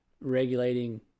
regulating